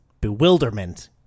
bewilderment